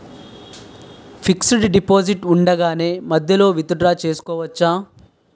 Fixed deposit ఉండగానే మధ్యలో withdraw చేసుకోవచ్చా?